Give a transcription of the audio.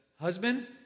husband